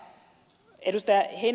mutta ed